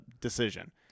decision